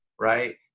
right